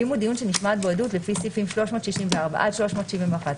ואם הוא דיון שנשמעת בו עדות לפי סעיפים 364 עד 371,